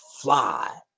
fly